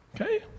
Okay